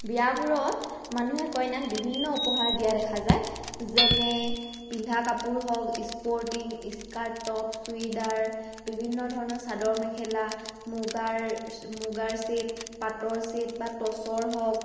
বিয়াবোৰত মানুহে কইনাক বিভিন্ন উপহাৰ দিয়া দেখা যায় যেনে পিন্ধা কাপোৰ হওক স্পৰ্টিং স্কাৰ্ট টপ চুইদাৰ বিভিন্ন ধৰণৰ চাদৰ মেখেলা মুগাৰ মুগাৰ ছেট পাটৰ ছেট বা টচৰ হওক